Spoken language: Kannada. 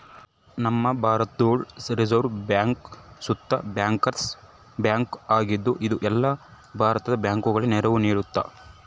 ನಮ್ಮ ಭಾರತುದ್ ರಿಸೆರ್ವ್ ಬ್ಯಾಂಕ್ ಸುತ ಬ್ಯಾಂಕರ್ಸ್ ಬ್ಯಾಂಕ್ ಆಗಿದ್ದು, ಇದು ಎಲ್ಲ ಭಾರತದ ಬ್ಯಾಂಕುಗುಳಗೆ ನೆರವು ನೀಡ್ತತೆ